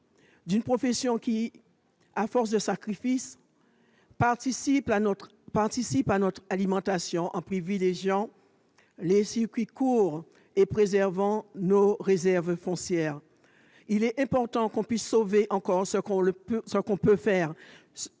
d'une profession qui, à force de sacrifices, participe à notre alimentation en privilégiant les circuits courts et en préservant nos réserves foncières. Il est important que l'on puisse sauver des agriculteurs